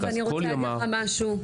יואב, אני רוצה להגיד לך משהו.